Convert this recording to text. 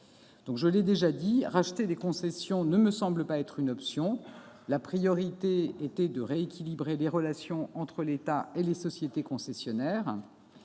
Je l'ai déjà dit : racheter les concessions ne me semble pas être une option. La priorité était de rééquilibrer les relations entre l'État et les sociétés concessionnaires.